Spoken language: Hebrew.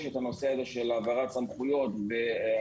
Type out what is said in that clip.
את הנושא הזה של העברת סמכויות בהגברה